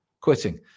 quitting